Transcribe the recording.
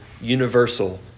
universal